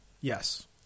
yes